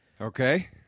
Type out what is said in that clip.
Okay